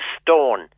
stone